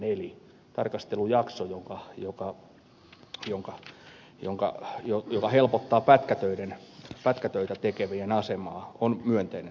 eli tarkastelujakso joka helpottaa pätkätöitä tekevien asemaa on myönteinen asia